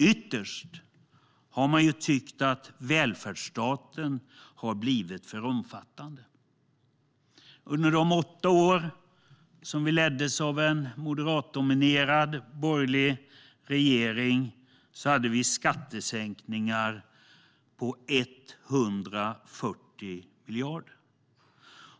Ytterst har man tyckt att välfärdsstaten har blivit för omfattande. Under de åtta år som vi leddes av en moderatdominerad, borgerlig regering hade vi skattesänkningar på 140 miljarder.